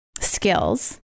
skills